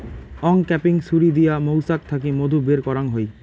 uncapping ছুরি দিয়া মৌচাক থাকি মধু বের করাঙ হই